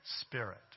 Spirit